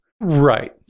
Right